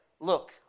Look